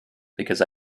because